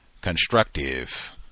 constructive